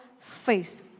face